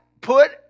put